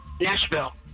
Nashville